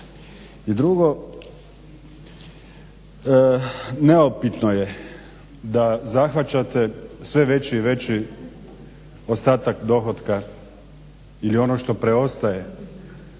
I drugo, neupitno je da zahvaćate sve veći i veći ostatak dohotka ili ono što preostaje